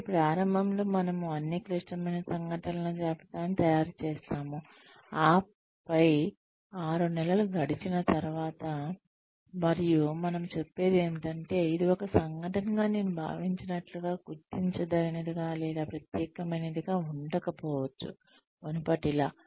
కాబట్టి ప్రారంభంలో మనము అన్ని క్లిష్టమైన సంఘటనల జాబితాను తయారుచేస్తాము ఆపై ఆరు నెలలు గడిచిన తరువాత మరియు మనము చెప్పేదేమిటంటే ఇది ఒక సంఘటనగా నేను భావించినట్లుగా గుర్తించదగినదిగా లేదా ప్రత్యేకమైనదిగా ఉండకపోవచ్చు మునుపటిలా